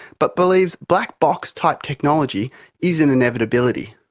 but believes black box type technology is an inevitability.